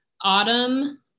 autumn